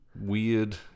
weird